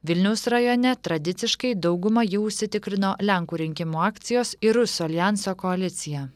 vilniaus rajone tradiciškai daugumą jau užsitikrino lenkų rinkimų akcijos ir rusų aljanso koalicija